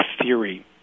theory